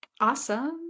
awesome